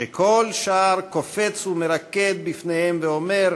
שכל שער קופץ ומרקד בפניהם ואומר: